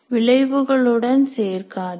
விளைவுகளுடன் சேர்க்காதீர்